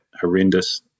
horrendous